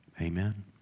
Amen